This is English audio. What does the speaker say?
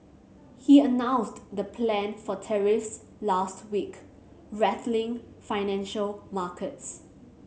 he announced the plan for tariffs last week rattling financial markets